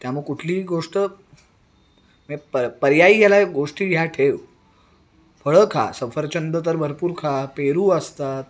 त्यामुळे कुठलीही गोष्ट मी पर्यायी गेल्या गोष्टी ह्या ठेव फळं खा सफरचंद तर भरपूर खा पेरू असतात